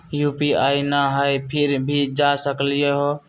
UPI न हई फिर भी जा सकलई ह?